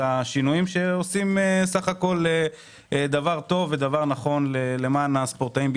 השינויים שעושים דבר וטוב ונכון למען הספורטאים בישראל.